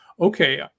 okay